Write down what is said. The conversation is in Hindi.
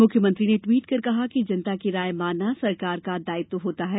मुख्यमंत्री ने ट्वीट कर कहा कि जनता की राय मानना सरकार का दायित्व होता है